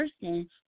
person